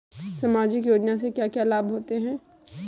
सामाजिक योजना से क्या क्या लाभ होते हैं?